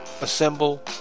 assemble